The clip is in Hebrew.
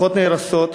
משפחות נהרסות,